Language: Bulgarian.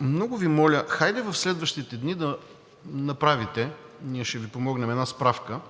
Много Ви моля, хайде в следващите дни да направите, ние ще Ви помогнем, една справка